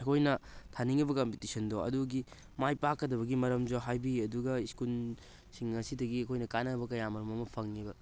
ꯑꯩꯈꯣꯏꯅ ꯊꯥꯅꯤꯡꯉꯤꯕ ꯀꯝꯄꯤꯇꯤꯁꯟꯗꯣ ꯑꯗꯨꯒꯤ ꯃꯥꯏ ꯄꯥꯛꯀꯗꯕꯒꯤ ꯃꯔꯝꯁꯨ ꯍꯥꯏꯕꯤ ꯑꯗꯨꯒ ꯁ꯭ꯀꯨꯜꯁꯤꯡ ꯑꯁꯤꯗꯒꯤ ꯑꯩꯈꯣꯏꯅ ꯀꯥꯟꯅꯕ ꯀꯌꯥ ꯃꯔꯨꯝ ꯑꯃ ꯐꯪꯉꯦꯕ